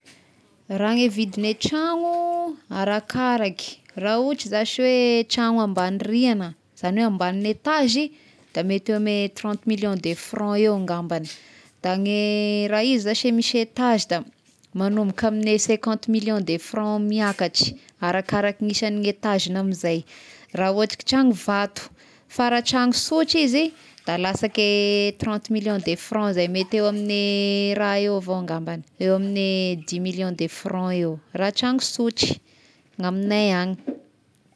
Raha ny vidine tragno arakaraky, raha ohatry zashy hoe tragno ambagny rihagna izany hoe amban'ny etazy da mety eo ame trente millions de franc eo ngambany, da ny raha izy zashy misy etazy da manomboka amin'gny cinquante million de franc miakatry arakaraky ny isan'ny etazigny amin'izay raha ohatry ka tragno vato, fa raha tragno sotry izy da lasaky eh trente million de franc zay, mety eo amin'gny raha eo avao ngambagny eo amin'gny dix millions de franc eo raha tragno sotry gny amignay agny.